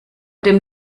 dem